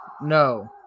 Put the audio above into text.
No